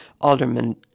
Alderman